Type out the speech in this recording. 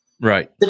Right